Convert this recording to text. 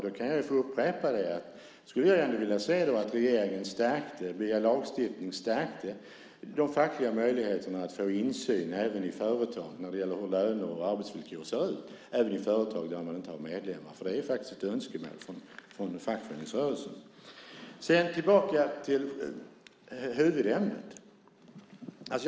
Då kan jag få upprepa att jag skulle vilja se att regeringen via lagstiftning stärkte de fackliga möjligheterna att få insyn när det gäller hur löner och arbetsvillkor ser ut, även i företag där man inte har medlemmar. Det är faktiskt ett önskemål från fackföreningsrörelsen. Jag går tillbaka till huvudämnet.